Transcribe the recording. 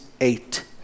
eight